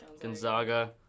Gonzaga